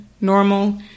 normal